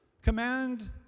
command